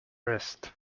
rest